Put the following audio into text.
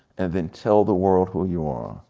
and then tell the world who you are.